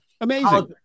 Amazing